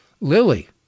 Lily